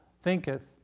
thinketh